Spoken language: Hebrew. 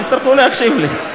אז תצטרכו להקשיב לי.